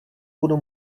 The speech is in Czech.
budu